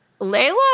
Layla